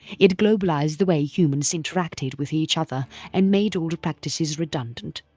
it globalised the way humans interacted with each other and made older practices redundant.